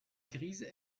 grise